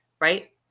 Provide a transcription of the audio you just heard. right